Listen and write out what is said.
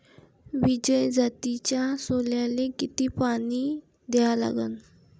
विजय जातीच्या सोल्याले किती पानी द्या लागन?